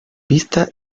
vista